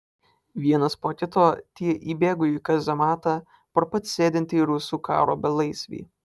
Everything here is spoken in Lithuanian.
vienas po kito tie įbėgo į kazematą pro pat sėdintį rusų karo belaisvį